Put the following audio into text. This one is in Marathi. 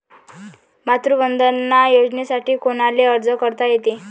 मातृवंदना योजनेसाठी कोनाले अर्ज करता येते?